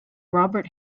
robert